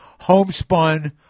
homespun